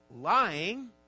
Lying